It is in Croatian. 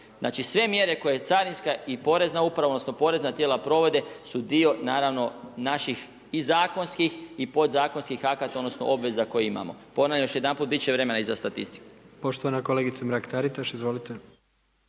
Znači, sve mjere koje carinska i porezna uprava odnosno porezna tijela provode su dio naravno, naših i zakonskih i podzakonskih akata odnosno obveza koje imamo. Ponavljam još jednom, bit će vremena i za statistiku. **Jandroković, Gordan (HDZ)** Poštovana kolegica Mrak-Taritaš. Izvolite.